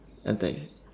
attacks